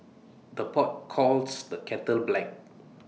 the pot calls the kettle black